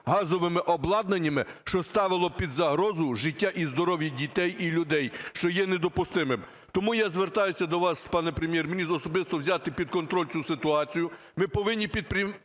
газовим обладнанням, що ставило під загрозу життя і здоров'я дітей і людей, що є недопустимим. Тому я звертаюся до вас, пане Прем'єр-міністре, особисто взяти під контроль цю ситуацію.